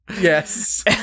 Yes